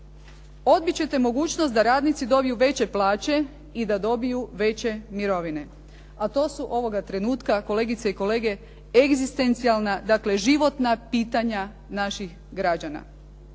Odbit ćete mogućnost da radnici dobiju veće plaće i da dobiju veće mirovine, a to su ovoga trenutka, kolegice i kolege, egzistencijalna dakle životna pitanja naših građana